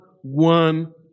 one